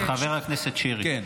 שקלים,